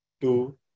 two